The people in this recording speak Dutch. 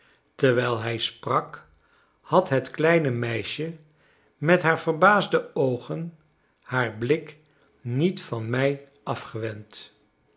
terwijl hij sprak had het kleine meisje met haar verbaasde oogen haar blik niet van mij afgewend